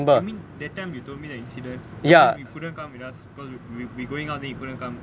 you mean that time you told me the incident that [one] you couldn't come with us because we going out you wouldn't come